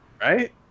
Right